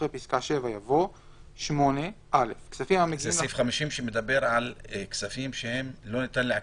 אחרי פסקה (7) יבוא זה סעיף שמדבר על כספים שלא ניתן לעקלם.